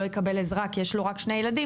לא יקבל עזרה כי יש לו רק שני ילדים,